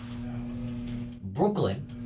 Brooklyn